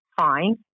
fine